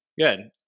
Good